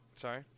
Sorry